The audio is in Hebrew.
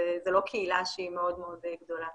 זו לא קהילה שהיא מאוד מאוד גדולה.